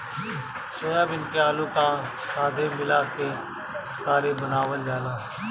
soybean के आलू का साथे मिला के तरकारी बनावल जाला